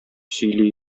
сөйли